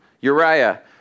Uriah